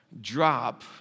drop